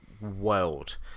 world